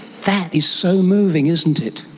that is so moving, isn't it.